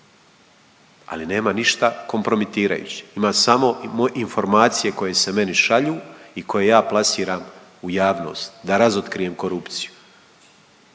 ali nema ništa kompromitirajuće. Ima samo informacije koje se meni šalju i koje ja plasiram u javnost da razotkrijem korupciju.